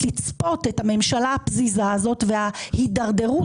לצפות את הממשלה הפזיזה הזאת וההתדרדרות,